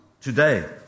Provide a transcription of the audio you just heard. today